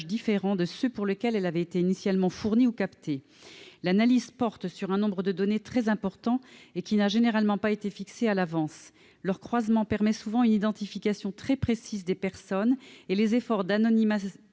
différents de ceux pour lesquels elles avaient été initialement fournies ou captées. L'analyse porte sur un nombre de données très important, qui n'a généralement pas été fixé à l'avance. Leur croisement permet souvent une identification très précise des personnes et les efforts d'anonymisation